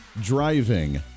driving